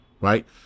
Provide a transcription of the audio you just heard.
right